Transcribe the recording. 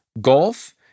golf